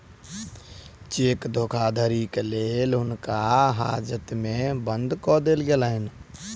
cheque धोखाधड़ीक लेल हुनका हाजत में बंद कअ देल गेलैन